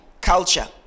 culture